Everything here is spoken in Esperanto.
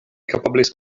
kapablis